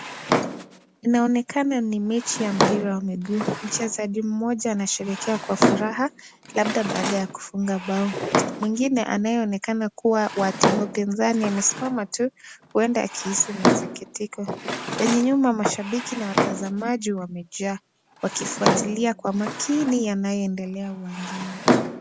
Inaonekana ni mechi ya michezo ya miguu. Mchezaji anasherekea kwa furaha labda baada ya kufunga bao. Mwingine anayeonekana kuwa wa timu pinzani amesimama tu , huenda akihisi masikitiko . Kwenye nyuma watazamaji na mashabiki wamejaa wakifuatilia kwa makini yanayoendelea uwanjani.